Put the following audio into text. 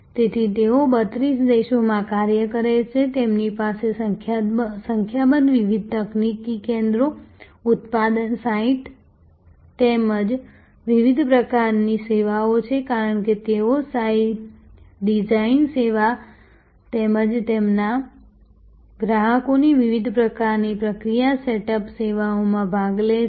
તેથી તેઓ 32 દેશોમાં કાર્ય કરે છે તેમની પાસે સંખ્યાબંધ વિવિધ તકનીકી કેન્દ્રો ઉત્પાદન સાઇટ્સ તેમજ વિવિધ પ્રકારની સેવાઓ છે કારણ કે તેઓ ડિઝાઇન સેવા તેમજ તેમના ગ્રાહકોની વિવિધ પ્રકારની પ્રક્રિયા સેટઅપ સેવાઓમાં ભાગ લે છે